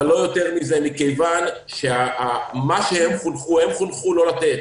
אבל לא יותר מזה, מכיוון שהם חונכו לא לתת.